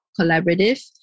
Collaborative